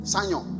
Sanyo